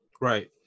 Right